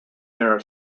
their